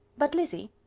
but, lizzy,